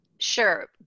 sure